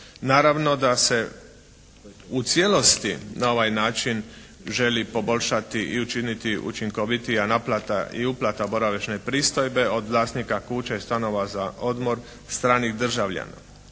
Naravno da se u cijelosti na ovaj način želi poboljšati i učiniti učinkovitija naplata i uplata boravišne pristojbe od vlasnika kuća i stanova za odmor, stranih državljana,